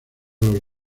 los